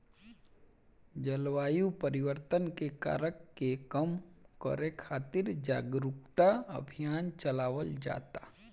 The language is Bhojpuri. जलवायु परिवर्तन के कारक के कम करे खातिर जारुकता अभियान चलावल जाता